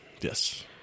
Yes